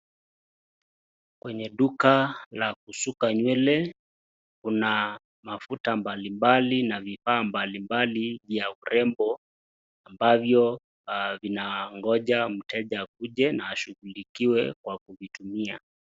Kwenye duka la kushuka nywele, Kuna mafuta mbalimbali na bidhaa mbalimbali ya urembo ambavyo vinangoja mteja akuje na ashughulikiwe kwa kuvitumia.